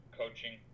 coaching